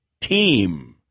team